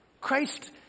Christ